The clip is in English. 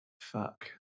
Fuck